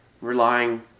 relying